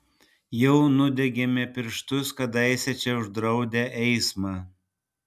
jau nudegėme pirštus kadaise čia uždraudę eismą